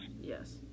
Yes